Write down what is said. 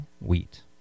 wheat